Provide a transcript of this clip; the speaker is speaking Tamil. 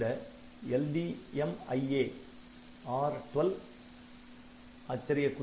இந்த LDMIA R12